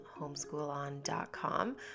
homeschoolon.com